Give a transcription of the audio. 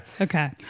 Okay